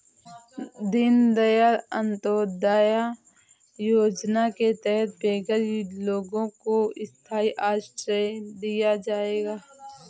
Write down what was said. दीन दयाल अंत्योदया योजना के तहत बेघर लोगों को स्थाई आश्रय दिया जाएगा